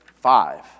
five